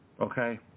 okay